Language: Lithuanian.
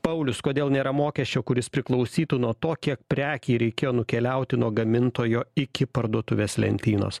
paulius kodėl nėra mokesčio kuris priklausytų nuo to kiek prekei reikėjo nukeliauti nuo gamintojo iki parduotuvės lentynos